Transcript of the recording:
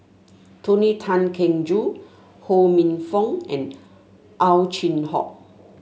Tony Tan Keng Joo Ho Minfong and Ow Chin Hock